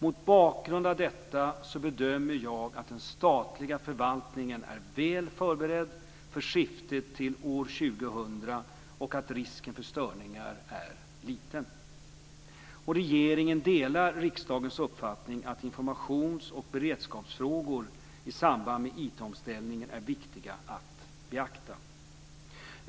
Mot bakgrund av detta bedömer jag att den statliga förvaltningen är väl förberedd för skiftet till år 2000 och att risken för störningar är liten. Regeringen delar riksdagens uppfattning att informations och beredskapsfrågor i samband med IT omställningen är viktiga att beakta.